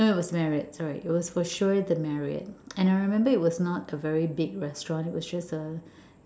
no it was Marriott sorry it was for sure the Marriott and I remember it was not a very big restaurant it was just a